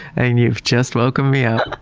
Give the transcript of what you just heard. and you've just woken me up.